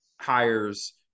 hires